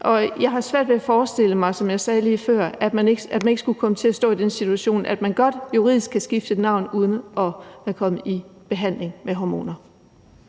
lige før, svært ved at forestille mig, at man ikke skulle komme til at stå i den situation, at man godt juridisk kan skifte navn uden at være kommet i behandling med hormoner.